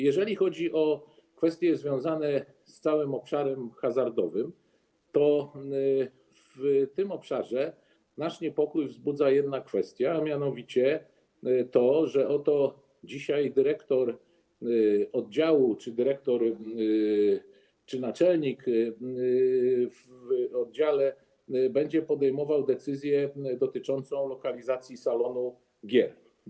Jeżeli chodzi o kwestie związane z całym obszarem hazardowym, to w tym zakresie nasz niepokój wzbudza jedna kwestia, a mianowicie to, że oto dzisiaj dyrektor oddziału czy naczelnik oddziału będzie podejmował decyzję dotyczącą lokalizacji salonu gier.